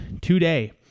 today